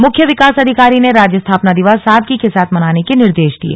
मुख्य विकास अधिकारी ने राज्य स्थापना दिवस सादगी के साथ मनाने के निर्देश दिये